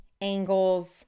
angles